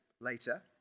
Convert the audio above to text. later